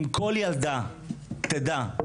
אם כל ילדה תדע,